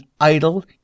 idle